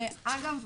אגב,